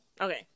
Okay